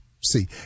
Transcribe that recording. See